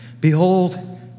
Behold